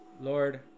lord